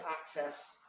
access